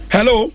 Hello